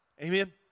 Amen